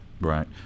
Right